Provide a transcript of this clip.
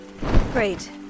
great